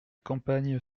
campagne